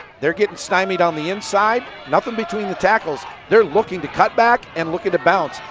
they are getting stymied on the inside, nothing between the tackles. they are looking to cut back and looking to bounce.